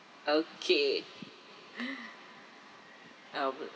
okay I'll put